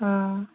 हाँ